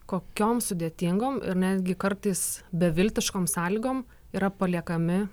kokiom sudėtingom ir netgi kartais beviltiškom sąlygom yra paliekami